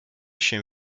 się